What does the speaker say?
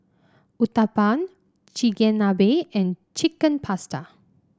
Uthapam Chigenabe and Chicken Pasta